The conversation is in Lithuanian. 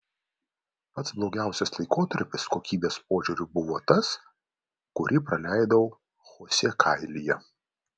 pats blogiausias laikotarpis kokybės požiūriu buvo tas kurį praleidau chosė kailyje